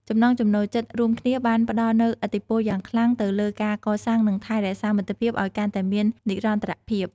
ចំណង់ចំណូលចិត្តរួមគ្នាបានផ្តល់នូវឥទ្ធិពលយ៉ាងខ្លាំងទៅលើការកសាងនិងថែរក្សាមិត្តភាពឲ្យកាន់តែមាននិរន្តរភាព។